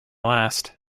last